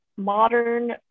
modern